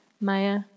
Maya